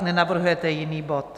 Nenavrhujete jiný bod?